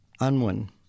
Unwin